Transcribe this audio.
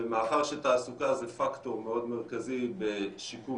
מאחר שתעסוקה זה פקטור מאוד מרכזי בשיקום